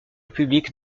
publique